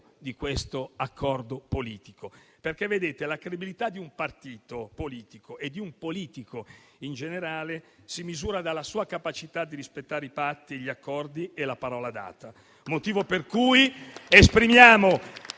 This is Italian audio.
di questo accordo politico, perché la credibilità di un partito politico e di un politico in generale si misura dalla sua capacità di rispettare i patti, gli accordi e la parola data, motivo per cui esprimiamo